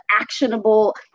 actionable